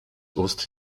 ust